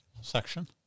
section